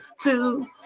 two